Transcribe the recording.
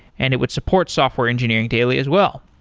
and it would support software engineering daily as well.